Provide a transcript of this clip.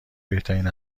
بهترین